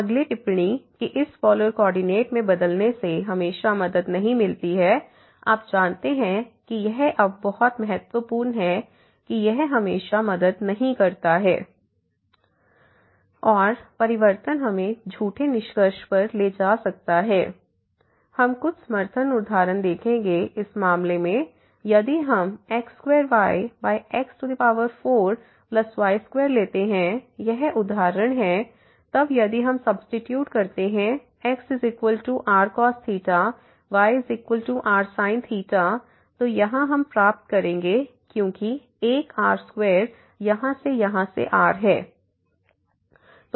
अगली टिप्पणी कि इस पोलर कोऑर्डिनेट में बदलने से हमेशा मदद नहीं मिलती है आप जानते हैं कि यह अब बहुत महत्वपूर्ण है कि यह हमेशा मदद नहीं करता है और परिवर्तन हमें झूठे निष्कर्ष पर ले जा सकता है हम कुछ समर्थन उदाहरण देखेंगे इस मामले में यदि हम x2yx4y2लेते हैं यह उदाहरण है तब यदि हम सब्सीट्यूट करते हैं xrcos yrsin तो यहाँ हम प्राप्त करेंगे क्योंकि एक r2 यहाँ से यहाँ से r है